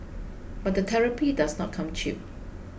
but the therapy does not come cheap